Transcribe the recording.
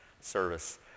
service